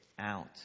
out